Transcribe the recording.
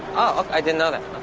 i didn't know that.